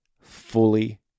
Fully